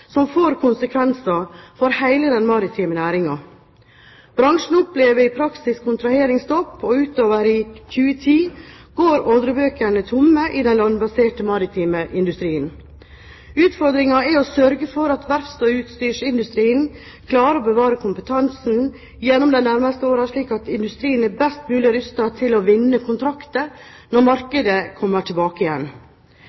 som får konsekvenser for hele den maritime næringen. Bransjen opplever i praksis kontraheringsstopp, og utover i 2010 går ordrebøkene tomme i den landbaserte maritime industrien. Utfordringen er å sørge for at verfts- og utstyrsindustrien klarer å bevare kompetansen gjennom de nærmeste årene, slik at industrien er best mulig rustet til å vinne kontrakter når